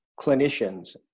clinicians –